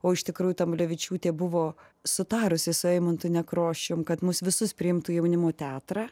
o iš tikrųjų tamulevičiūtė buvo sutarusi su eimuntu nekrošiumi kad mus visus priimtų jaunimo teatrą